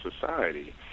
society